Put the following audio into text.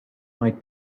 might